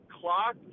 clock